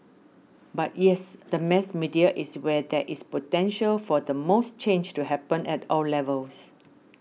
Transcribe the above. but yes the mass media is where there is potential for the most change to happen at all levels